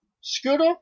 Scooter